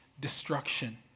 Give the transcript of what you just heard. destruction